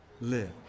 live